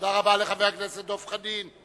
תודה רבה לחבר הכנסת דב חנין.